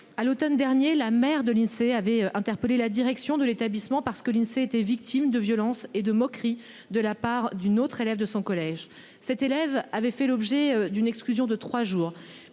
à l'Automne dernier. La mère de Lindsay avait interpellé la direction de l'établissement parce que l'Insee étaient victimes de violences et de moqueries de la part d'une autre élève de son collège. Cette élève avait fait l'objet d'une exclusion de 3 jours